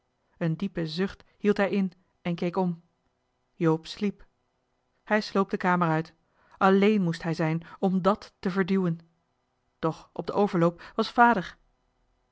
een diepen zucht hield hij in en keek om joop sliep hij sloop snel de kamer uit alleen moest hij zijn om dàt te verduwen doch op den overloop was vader